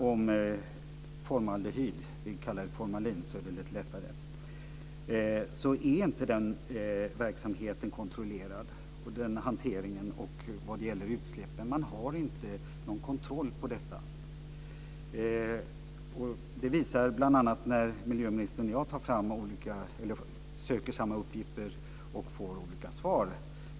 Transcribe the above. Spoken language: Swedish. Det förekommer inte någon kontroll av hanteringen och utsläppen av formaldehyd - jag kallar det här formalin. Man har inte någon kontroll på denna verksamhet. Det visar sig bl.a. när miljöministern och jag söker samma uppgifter och får olika svar.